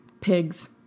pigs